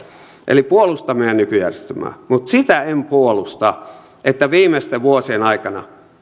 eli puolustan meidän nykyjärjestelmäämme mutta sitä en puolusta että viimeisten vuosien aikana